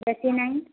ବେଶି ନାଇଁ